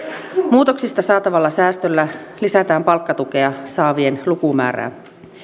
muutoksista saatavalla säästöllä lisätään palkkatukea saavien lukumäärää